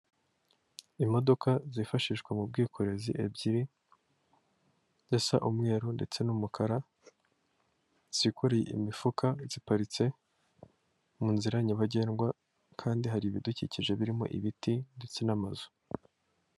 Imodoka zifashishwa mu bwikorezi, ebyiri, zisa umweru ndetse n'umukara, zikoreye imifuka, ziparitse mu nzira nyabagendwa, kandi hari ibidukikije birimo ibiti ndetse n'amazu.